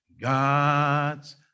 God's